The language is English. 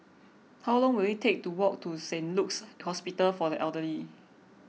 how long will it take to walk to Saint Luke's Hospital for the Elderly